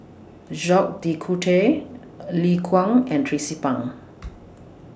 Jacques De Coutre Liu Kang and Tracie Pang